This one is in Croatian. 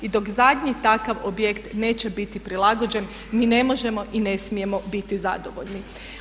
I dok zadnji takav objekt neće biti prilagođen mi ne možemo i ne smijemo biti zadovoljni.